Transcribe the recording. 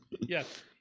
Yes